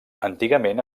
antigament